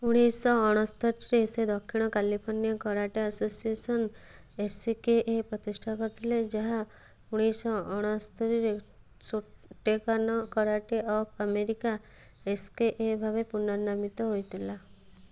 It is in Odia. ଉଣେଇଶହ ଅଣସ୍ତରିରେ ସେ ଦକ୍ଷିଣ California karate association S C K A ପ୍ରତିଷ୍ଠା କରିଥିଲେ ଯାହା ଉଣେଇଶ ଅଣସ୍ତରିରେ Shotokan karate of America S K A ଭାବେ ପୁନର୍ନାମିତ ହୋଇଥିଲା